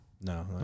No